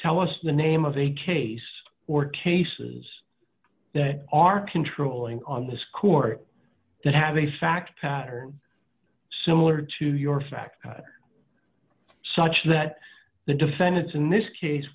tell us the name of a case or cases that are controlling on this court that have a fact pattern similar to your facts such that the defendants in this case